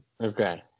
Okay